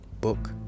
book